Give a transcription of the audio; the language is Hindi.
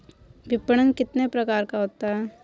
विपणन कितने प्रकार का होता है?